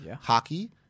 Hockey